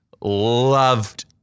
loved